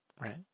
Right